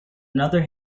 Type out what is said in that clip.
another